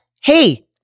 hey